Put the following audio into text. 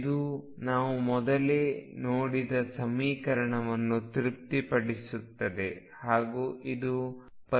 ಇದು ನಾವು ಮೊದಲೇ ನೋಡಿದ ಸಮೀಕರಣವನ್ನು ತೃಪ್ತಿಪಡಿಸುತ್ತದೆ ಹಾಗೂ ಇದು ಪರಿಹಾರವಾಗಿದೆ